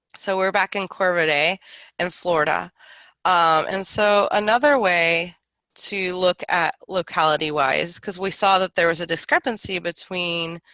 so we're back in corvidae in florida and so another way to look at locality wise because we saw that there was a discrepancy between